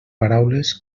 paraules